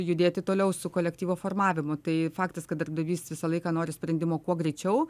judėti toliau su kolektyvo formavimu tai faktas kad darbdavys visą laiką nori sprendimo kuo greičiau